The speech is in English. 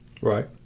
Right